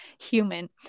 human